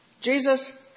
Jesus